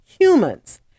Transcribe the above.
humans